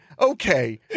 okay